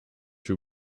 you